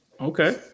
okay